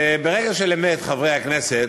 ברגע של אמת, חברי הכנסת,